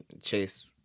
Chase